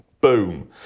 Boom